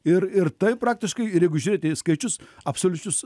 ir ir tai praktiškai ir jeigu žiūrėti į skaičius absoliučius